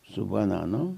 su bananu